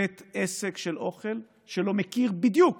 בית עסק של אוכל שלא מכיר בדיוק